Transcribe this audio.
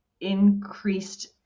increased